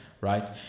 right